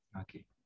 Okay